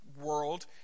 world